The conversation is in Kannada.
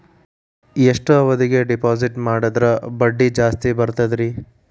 ಎಷ್ಟು ಅವಧಿಗೆ ಡಿಪಾಜಿಟ್ ಮಾಡಿದ್ರ ಬಡ್ಡಿ ಜಾಸ್ತಿ ಬರ್ತದ್ರಿ?